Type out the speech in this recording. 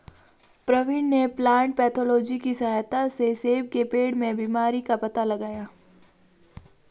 प्रवीण ने plant pathology की सहायता से सेब के पेड़ में बीमारी का पता लगाया